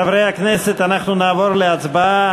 חברי הכנסת, אנחנו נעבור להצבעה.